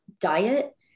diet